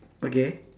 okay